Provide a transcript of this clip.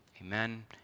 Amen